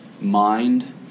mind